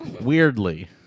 Weirdly